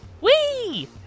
Wee